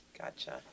Gotcha